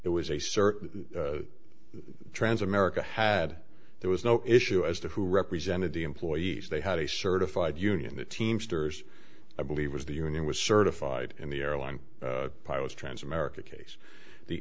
it was a certain trans america had there was no issue as to who represented the employees they had a certified union the teamsters i believe was the union was certified in the airline pilots trans america case the